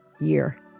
year